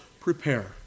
prepare